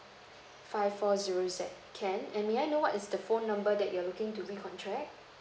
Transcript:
five four zero Z can and may I know what is the phone number that you're looking to recontract